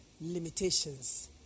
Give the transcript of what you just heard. limitations